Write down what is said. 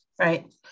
right